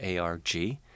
ARG